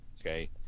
Okay